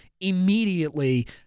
immediately